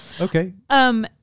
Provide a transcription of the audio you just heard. Okay